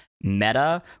meta